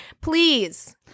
please